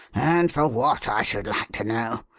and for what, i should like to know?